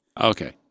Okay